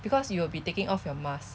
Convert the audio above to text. because you will be taking off your mask